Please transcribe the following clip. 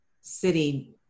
city